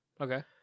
Okay